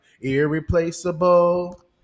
irreplaceable